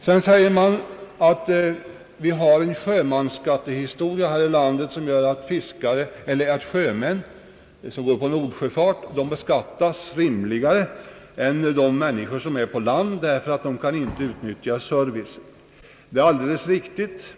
Vidare sägs att det finns en skattelagstiftning för sjömän här i landet vilken innebär att sjömän, som går på nordsjöfart, beskattas lägre än de människor som arbetar på land, eftersom sjömännen inte som andra kan utnyttja samhällets service. Det är alldeles riktigt.